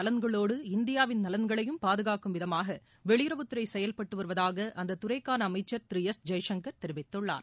நலன்களோடு இந்தியாவின் அண்டைநாடுகளின் நலன்களையும் பாதுகாக்கும் விதமாகவெளியுறவுத்துறைசெயல்பட்டுவருவதாகஅந்தத் துறைக்கானஅமைச்சர் எஸ் திரு ஜெய்சங்கர் தெரிவித்துள்ளார்